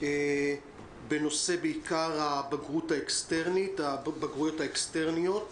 בעיקר בנושא הבגרויות האקסטרניות.